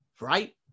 right